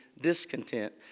discontent